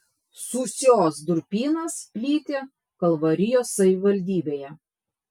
sūsios durpynas plyti kalvarijos savivaldybėje